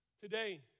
Today